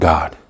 God